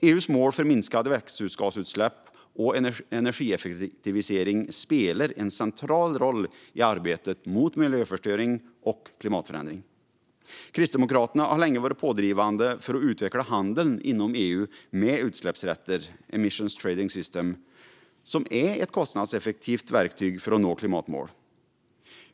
EU:s mål för minskade växthusgasutsläpp och energieffektivisering spelar en central roll i arbetet mot miljöförstöring och klimatförändring. Kristdemokraterna har länge varit pådrivande för att utveckla handeln inom EU med utsläppsrätter, Emissions Trading System, som är ett kostnadseffektivt verktyg för att nå klimatmål.